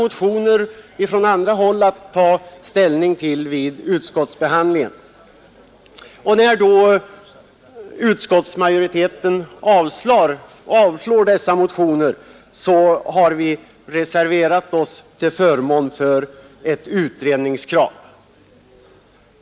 Men vid utskottsbehandlingen har vi haft att ta ställning till motioner från andra håll, och när utskottets majoritet har avstyrkt de motionerna har vi reserverat oss till förmån för kravet på en utredning.